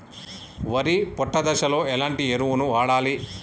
వరి పొట్ట దశలో ఎలాంటి ఎరువును వాడాలి?